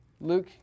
luke